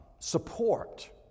Support